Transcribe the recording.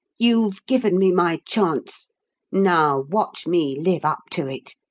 you've given me my chance now watch me live up to it.